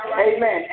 amen